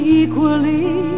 equally